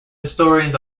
historians